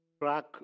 track